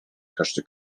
każdy